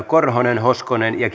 korhonen hoskonen ja